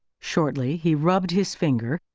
shortly, he rubbed his finger,